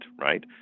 right